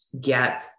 get